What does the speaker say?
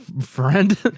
friend